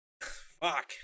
Fuck